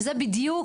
וזה בדיוק,